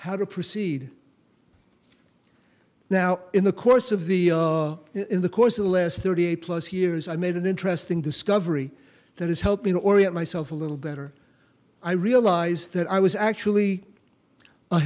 how to proceed now in the course of the in the course of the last thirty plus years i made an interesting discovery that is helping orient myself a little better i realize that i was actually a